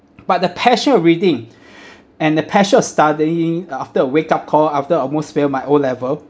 but the passion of reading and the passion of studying after a wake up call after almost fail my O level